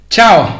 Ciao